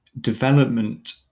development